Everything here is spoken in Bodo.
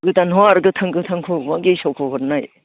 गोदान हर गोथां गोथांखौ बहा गेसावखो हरनो